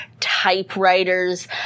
typewriters